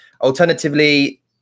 Alternatively